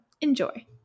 enjoy